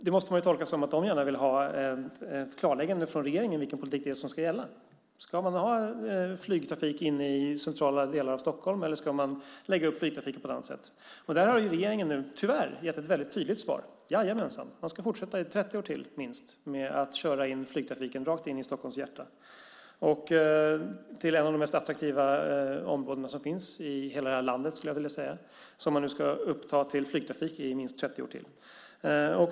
Det måste man tolka så att de gärna vill ha ett klarläggande från regeringen vilken politik det är som ska gälla. Ska man ha flygtrafik inne i de centrala delarna av Stockholm eller ska man lägga upp flygtrafiken på något annat sätt? Där har regeringen nu tyvärr gett ett väldigt tydligt svar: Jajamänsan, man ska fortsätta i 30 år till minst med att köra in flygtrafiken rakt in i Stockholms hjärta till ett av de mest attraktiva områdena som finns i hela det här landet, skulle jag vilja säga. Det ska man nu uppta till flygtrafik i minst 30 år till.